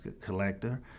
collector